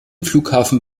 flughafen